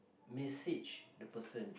message the person